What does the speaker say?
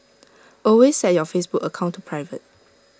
always set your Facebook account to private